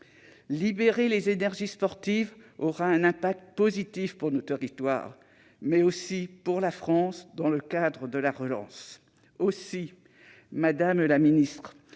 Libérer les énergies sportives aura un impact positif pour nos territoires, mais aussi pour la France entière, dans le cadre de la relance. Aussi, madame la ministre,